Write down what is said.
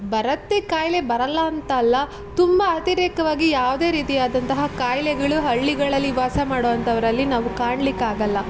ಬರುತ್ತೆ ಕಾಯಿಲೆ ಬರೋಲ್ಲ ಅಂತ ಅಲ್ಲ ತುಂಬ ಅತಿರೇಕವಾಗಿ ಯಾವುದೇ ರೀತಿಯಾದಂತಹ ಕಾಯಿಲೆಗಳು ಹಳ್ಳಿಗಳಲ್ಲಿ ವಾಸ ಮಾಡುವಂಥವರಲ್ಲಿ ನಾವು ಕಾಣಲಿಕ್ಕಾಗಲ್ಲ